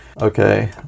Okay